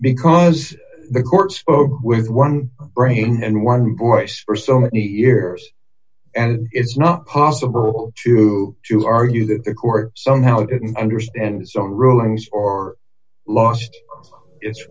because the court spoke with one thing and one voice for so many years and it's not possible to to argue that the court somehow didn't understand some rulings or lost it